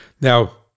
Now